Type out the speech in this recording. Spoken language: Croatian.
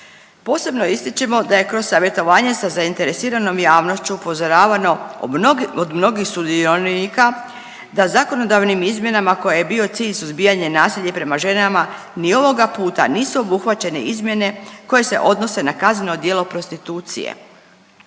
Posebno ističemo da je kroz savjetovanje sa zainteresiranom javnošću upozoravano od mnogih sudionika da zakonodavnim izmjenama kojoj je bio cilj suzbijanje nasilja prema ženama ni ovoga puta nisu obuhvaćene izmjene koje se odnose na kazneno djelo prostitucije.